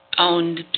owned